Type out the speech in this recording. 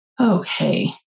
okay